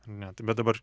ar ne tai bet dabar